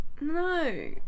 No